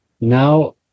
now